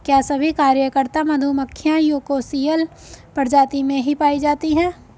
क्या सभी कार्यकर्ता मधुमक्खियां यूकोसियल प्रजाति में ही पाई जाती हैं?